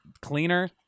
cleaner